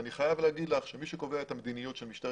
אני חייב לומר לך שמי שקובע את המדיניות של משטרת